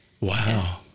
wow